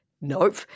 Nope